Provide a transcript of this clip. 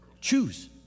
Choose